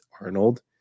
Arnold